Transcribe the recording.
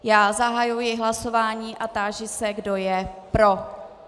Já zahajuji hlasování a táži se, kdo je pro.